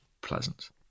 pleasant